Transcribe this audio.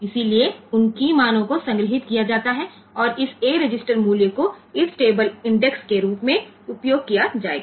इसलिए उन कीय मानों को संग्रहीत किया जाता है और इस A रजिस्टर मूल्य को इस टेबलइंडेक्स के रूप में उपयोग किया जाएगा